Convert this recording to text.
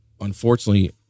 unfortunately